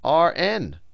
Rn